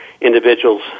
individuals